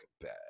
bad